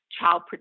child